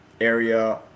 area